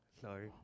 Sorry